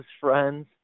friends